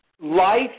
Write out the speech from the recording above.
life